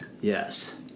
Yes